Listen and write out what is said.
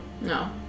No